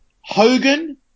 Hogan –